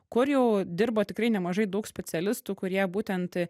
kur jau dirba tikrai nemažai daug specialistų kurie būtent